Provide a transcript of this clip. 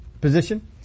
position